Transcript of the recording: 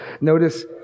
Notice